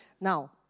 Now